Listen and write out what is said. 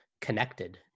connected